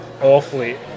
awfully